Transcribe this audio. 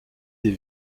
des